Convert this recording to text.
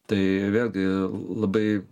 tai vėlgi labai